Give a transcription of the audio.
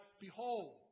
behold